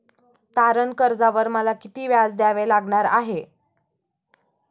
तारण कर्जावर मला किती व्याज द्यावे लागणार आहे?